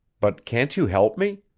but can't you help me?